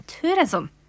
tourism